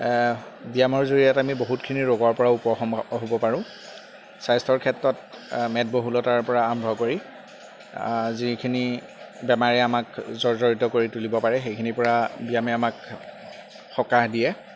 ব্যায়ামৰ জৰিয়তে আমি বহুতখিনি ৰোগৰ পৰা উপশম হ'ব পাৰোঁ স্বাস্থ্যৰ ক্ষেত্ৰত মেদবহুলতাৰ পৰা আৰম্ভ কৰি যিখিনি বেমাৰে আমাক জৰজৰিত কৰি তুলিব পাৰে সেইখিনিৰ পৰা ব্যায়ামে আমাক সকাহ দিয়ে